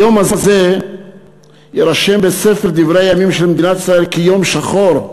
היום הזה יירשם בספר דברי הימים של מדינת ישראל כיום שחור,